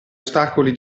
ostacoli